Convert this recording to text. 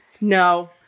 no